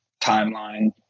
timeline